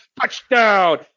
touchdown